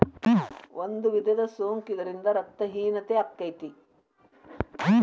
ಒಂದು ವಿಧದ ಸೊಂಕ ಇದರಿಂದ ರಕ್ತ ಹೇನತೆ ಅಕ್ಕತಿ